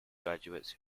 graduates